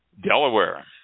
Delaware